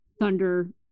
thunder